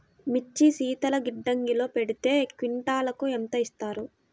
మిర్చి శీతల గిడ్డంగిలో పెడితే క్వింటాలుకు ఎంత ఇస్తారు?